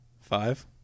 Five